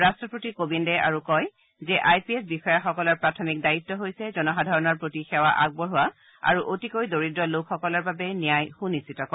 ৰাট্টপতি কোবিন্দে আৰু কয় যে আই পি এছ বিষয়াসকলৰ প্ৰাথমিক দায়িত্ব হৈছে জনসাধাৰণৰ প্ৰতি সেৱা আগবঢ়োৱা আৰু অতিকৈ দৰিদ্ৰ লোকসকলৰ বাবে ন্যায় সুনিশ্চিত কৰা